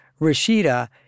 Rashida